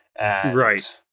Right